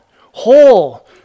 Whole